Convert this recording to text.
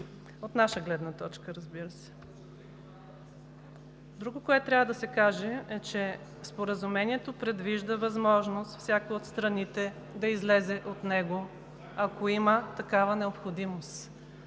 от наша гледна точка, разбира се. Друго, което трябва да се каже, е, че Споразумението предвижда възможност всяка от страните да излезе от него, ако има такава необходимост